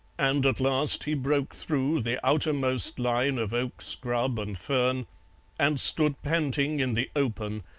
and at last he broke through the outermost line of oak scrub and fern and stood panting in the open,